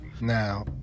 now